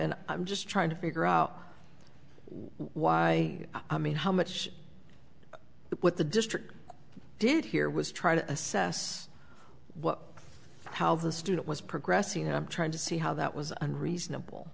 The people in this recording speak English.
and i'm just trying to figure out why i mean how much of what the district did here was try to assess what how the student was progressing and i'm trying to see how that was unreasonable